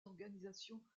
organisations